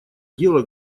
дело